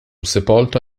sepolto